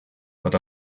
that